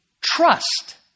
trust